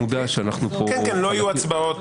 לא יהיו הצבעות